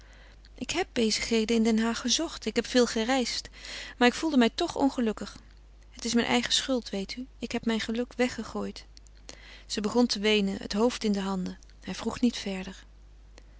ik heb bezigheden in den haag gezocht ik heb veel gereisd maar ik voelde mij toch ongelukkig het is mijn eigen schuld weet u ik heb mijn geluk weggegooid ze begon te weenen het hoofd in de handen hij vroeg niet verder